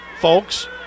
Folks